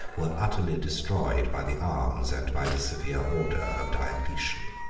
were utterly destroyed by the arms and by the severe order of diocletian.